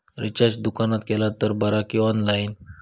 Recharge दुकानात केला तर बरा की ऑनलाइन?